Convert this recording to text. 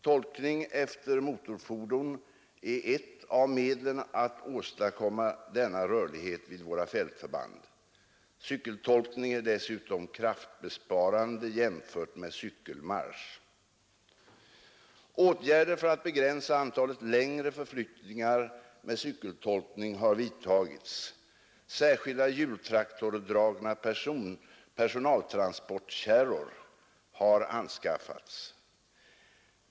Tolkning efter motorfordon är ett av medlen att åstadkomma denna rörlighet vid våra fältförband. Cykeltolkning är dessutom kraftbesparande jämfört Åtgärder för att begränsa antalet längre förflyttningar med cykeltolkning har vidtagits. Särskilda hjultraktordragna personaltransportkärror har anskaffats.